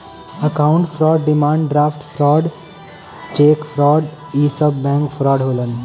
account fraud demand draft fraud cheque fraud इ सब bank fraud होलन